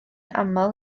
aml